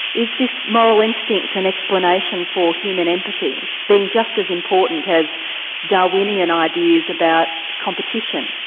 is this moral instinct an explanation for human empathy being just as important as darwinian ideas about competition?